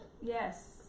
Yes